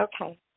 Okay